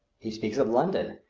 he speaks of london,